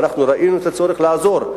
וראינו את הצורך לעזור.